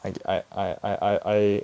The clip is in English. I I I I I I